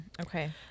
Okay